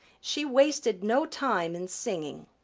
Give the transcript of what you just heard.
she wasted no time in singing.